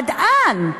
עד לאן?